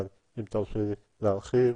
אבל אם תרשי לי להרחיב.